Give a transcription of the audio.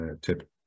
Tip